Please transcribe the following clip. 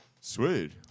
Sweet